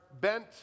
bent